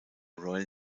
royal